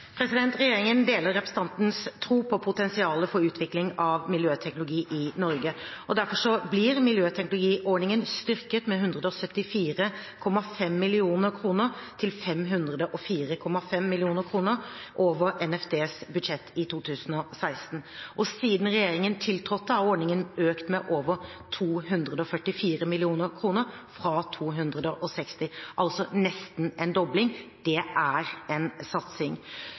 Regjeringen deler representantens tro på potensialet for utvikling av miljøteknologi i Norge, og derfor blir miljøteknologiordningen styrket med 174,5 mill. kr til 504,5 mill. kr over Nærings- og fiskeridepartementets budsjett i 2016. Siden regjeringen tiltrådte, har ordningen økt med over 244 mill. kr fra 260 mill. kr – altså nesten en dobling. Det er en satsing.